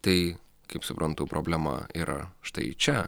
tai kaip suprantu problema yra štai čia